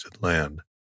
land